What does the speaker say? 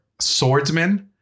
swordsman